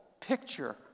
picture